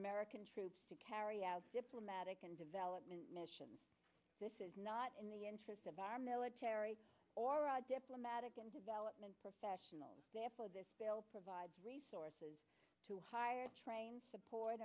american troops to carry out diplomatic and development missions this is not in the interest of our military or our diplomatic and development professionals therefore this bill provides resources to hire train support